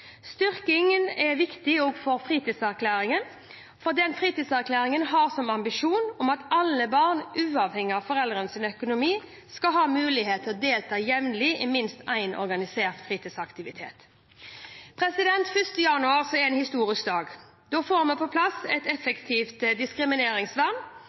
Styrkingen er viktig også for Fritidserklæringen, for Fritidserklæringen har som ambisjon at alle barn, uavhengig av foreldrenes økonomi, skal ha mulighet til å delta jevnlig i minst én organisert fritidsaktivitet. 1. januar blir en historisk dag. Da får vi på plass et